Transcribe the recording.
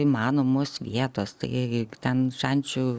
įmanomos vietos tai ten šančių